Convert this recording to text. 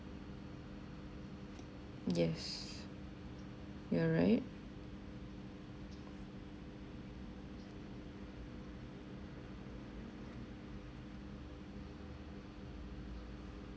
yes you're right